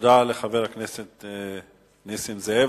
תודה לחבר הכנסת נסים זאב.